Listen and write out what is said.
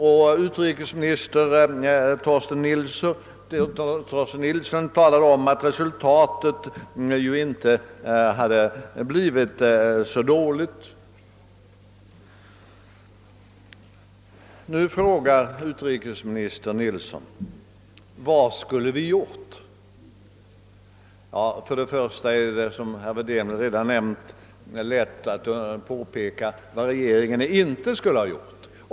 Och utrikesminister Torsten Nilsson sade att läget i Tjeckoslovakien inte hade blivit så dåligt. Nu frågar utrikesministern: Vad skulle vi ha gjort? Ja, först och främst är det, som herr Wedén redan nämnt, lätt att peka på vad regeringen inte skulle ha gjort.